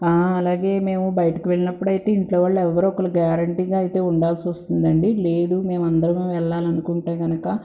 అలాగే మేము బయటకి వెళ్ళినప్పుడు అయితే ఇంట్లో వాళ్ళు ఎవరో ఒకళ్ళు అయితే గ్యారెంటీగా ఉండాల్సి వస్తుందండి లేదు మేమందరము వెళ్ళాలనుకుంటే కనుక